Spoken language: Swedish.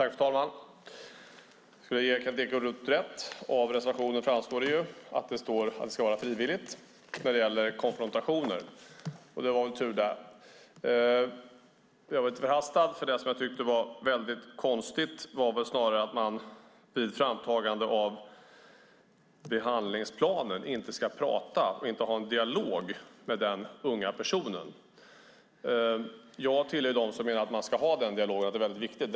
Fru talman! Jag vill ge Kent Ekeroth rätt. Av reservationen framgår det att konfrontationer ska vara frivilliga, och det var väl tur det. Jag förhastade mig lite. Det som jag tyckte var väldigt konstigt var snarare att man vid framtagande av behandlingsplanen inte ska ha en dialog med den unga personen. Jag tillhör dem som menar att man ska ha den dialogen och att det är väldigt viktigt.